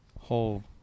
whole